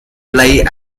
lay